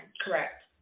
Correct